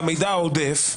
למידע עודף.